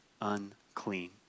unclean